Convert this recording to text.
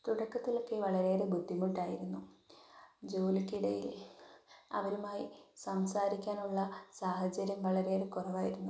തുടക്കത്തിലൊക്കെ വളരെയേറെ ബുദ്ധിമുട്ടായിരുന്നു ജോലിക്കിടയിൽ അവരുമായി സംസാരിക്കാനുള്ള സാഹചര്യം വളരെയേറെ കുറവായിരുന്നു